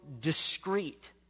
discreet